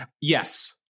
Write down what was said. Yes